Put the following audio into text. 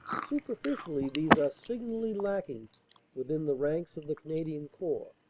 superficially these are signally lacking within the ranks of the canadian corps.